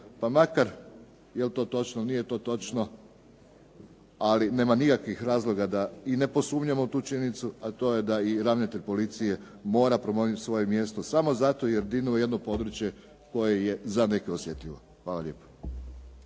pa makar je li to točno, nije to točno, ali nema nikakvih razloga da i ne posumnjamo u tu činjenicu a to je da i ravnatelj policije mora …/Govornik se ne razumije./… svoje mjesto samo zato jer je dirnuo u jedno područje koje je za neke osjetljivo. Hvala lijepo.